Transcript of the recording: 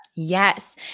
Yes